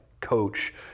coach